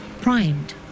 primed